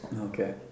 Okay